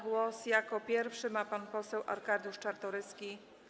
Głos jako pierwszy ma pan poseł Arkadiusz Czartoryski.